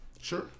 Sure